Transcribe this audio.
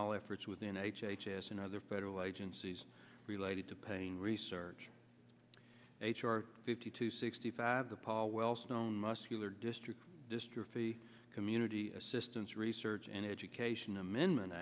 all efforts within h h s and other federal agencies related to paying research h r fifty to sixty five the paul wellstone muscular dystrophy dystrophy community assistance research and education amendment